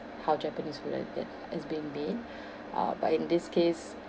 how japanese would have had is being been uh but in this case